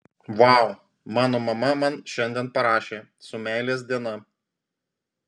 vau mano mama man šiandien parašė su meilės diena